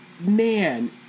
man